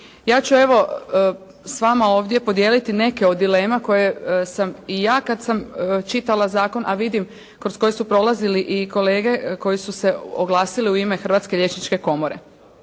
Ja ću, evo s vama ovdje podijeliti neke od dilema koje sam i ja kad sam čitala zakon, a vidim kroz koji su prolazili i kolege koje su se oglasile u ime Hrvatske liječničke komore.